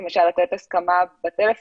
אפשר למשל לתת הסכמה בטלפון.